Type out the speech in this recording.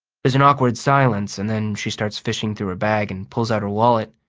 there's an awkward silence and then she starts fishing through her bag and pulls out her wallet.